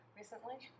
recently